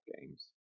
games